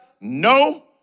No